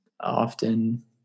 often